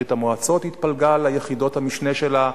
ברית-המועצות התפלגה ליחידות המשנה שלה,